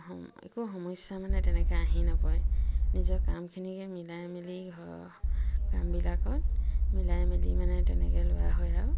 একো সমস্যা মানে তেনেকে আহি নপৰে নিজৰ কামখিনিকে মিলাই মিলি কামবিলাকত মিলাই মেলি মানে তেনেকে লোৱা হয় আৰু